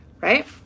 right